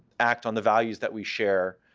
act on the values that we share